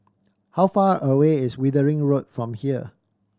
how far away is Wittering Road from here